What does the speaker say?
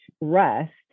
rest